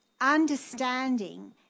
understanding